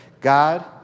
God